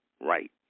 right